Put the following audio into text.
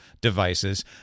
devices